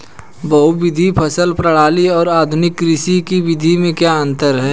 बहुविध फसल प्रणाली और आधुनिक कृषि की विधि में क्या अंतर है?